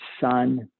son